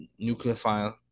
nucleophile